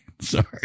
Sorry